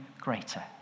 greater